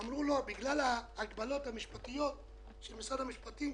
אמרו להן: בגלל ההגבלות המשפטיות של משרד המשפטים,